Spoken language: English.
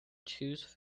choose